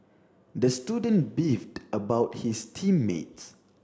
the student beefed about his team mates